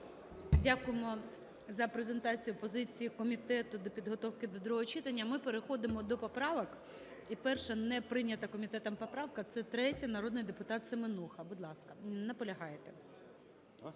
Дякуємо за презентацію позиції комітету до підготовки до другого читання. Ми переходимо до поправок. І перша, неприйнята комітетом, поправка – це 3-я, народний депутатСеменуха. Не наполягаєте.